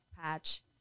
patch